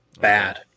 bad